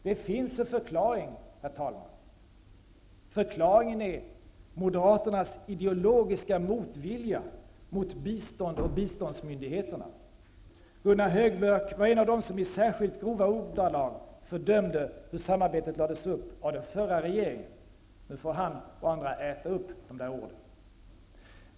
Det finns en förklaring. Förklaringen är Moderaternas ideologiska motvilja mot bistånd och biståndsmyndigheterna. Gunnar Hökmark var en av dem som i särskilt grova ordalag fördömde hur samarbetet lades upp av den förra regeringen. Nu får han och andra äta upp de orden.